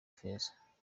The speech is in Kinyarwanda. feza